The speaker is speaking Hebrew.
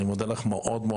אני מודה לך מאוד מאוד.